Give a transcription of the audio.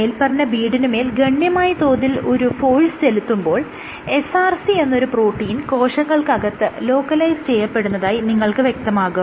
മേല്പറഞ്ഞ ബീഡിനുമേൽ ഗണ്യമായ തോതിൽ ഒരു ഫോഴ്സ് ചെലുത്തുമ്പോൾ SRC എന്നൊരു പ്രോട്ടീൻ കോശങ്ങൾക്കകത്ത് ലോക്കലൈസ് ചെയ്യപെടുന്നതായി നിങ്ങൾക്ക് വ്യക്തമാകും